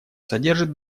содержит